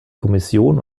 kommission